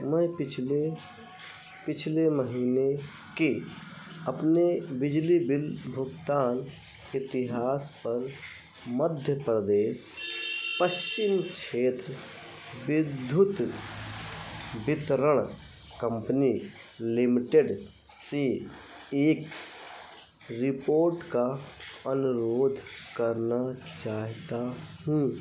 मैं पिछले पिछले महीने के अपने बिजली बिल भुगतान इतिहास पर मध्य प्रदेश पश्चिम क्षेत्र विद्युत वितरण कंपनी लिमिटेड से एक रिपोर्ट का अनुरोध करना चाहता हूँ